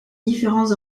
différents